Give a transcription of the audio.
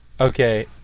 Okay